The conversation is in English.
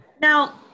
Now